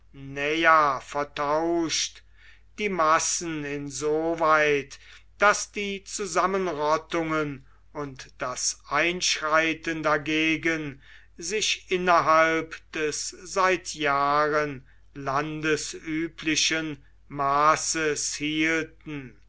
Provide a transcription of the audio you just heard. vertauscht die massen insoweit daß die zusammenrottungen und das einschreiten dagegen sich innerhalb des seit jahren landesüblichen maßes hielten